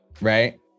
right